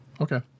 okay